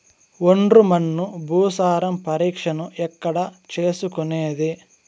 ఒండ్రు మన్ను భూసారం పరీక్షను ఎక్కడ చేసుకునేది?